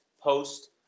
post